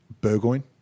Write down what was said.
Burgoyne